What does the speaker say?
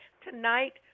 Tonight